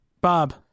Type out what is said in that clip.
Bob